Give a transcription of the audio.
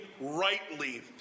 rightly